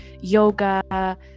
yoga